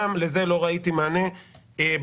גם לזה לא ראיתי מענה בסקירה.